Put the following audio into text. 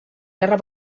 guerra